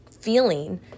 feeling